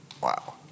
Wow